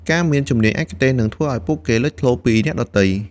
ការមានជំនាញឯកទេសនឹងធ្វើឱ្យពួកគេលេចធ្លោពីអ្នកដទៃ។